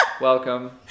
welcome